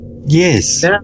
yes